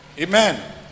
Amen